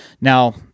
Now